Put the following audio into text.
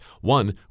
One